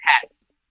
hats